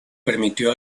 permitió